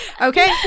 Okay